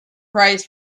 price